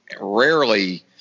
rarely